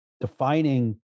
defining